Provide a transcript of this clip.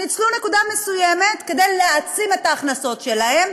ניצלו נקודה מסוימת כדי להעצים את ההכנסות שלהם